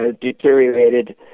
deteriorated